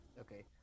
Okay